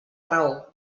raó